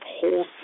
whole